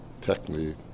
technically